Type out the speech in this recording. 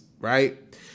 right